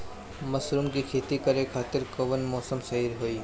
Mushroom के खेती करेके खातिर कवन मौसम सही होई?